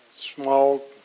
small